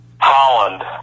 holland